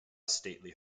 stately